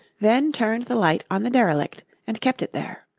then turned the light on the derelict and kept it there.